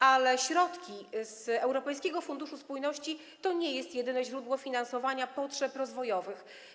Ale środki z europejskiego Funduszu Spójności to nie jest jedyne źródło finansowania potrzeb rozwojowych.